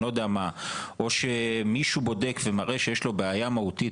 או שמישהו בודק ומראה שיש לו בעיה מהותית